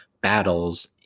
battles